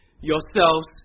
yourselves